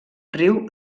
riu